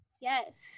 Yes